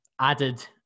added